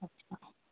अच्छा